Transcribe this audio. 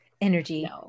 energy